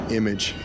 image